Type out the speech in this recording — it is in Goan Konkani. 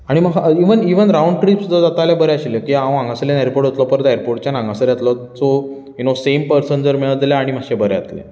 आनी म्हाका इवन रावंड ट्रिप जाता जाल्यार सुद्दा बरे आशिल्ले किद्याक हांव हांगासल्यान एरपोर्ट वतलों परत एयर्पोटच्यान हांगासर येतलो सो सेम पर्सन मेळत जाल्यार आनीक मातशें बरें जातलें